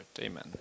Amen